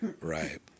right